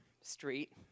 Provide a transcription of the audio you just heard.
Street